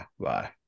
Bye